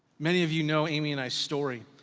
many of you know amy and i's story.